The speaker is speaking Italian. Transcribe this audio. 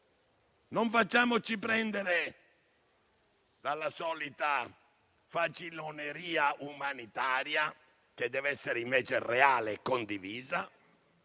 Non facciamoci prendere dalla solita faciloneria umanitaria, che deve essere invece reale e condivisa,